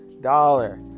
dollar